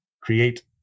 create